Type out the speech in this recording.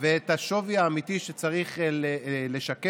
ואת השווי האמיתי שצריך לשקף